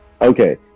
Okay